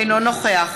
אינו נוכח